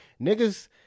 Niggas